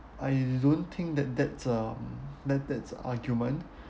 I don't think that that's um that that's a argument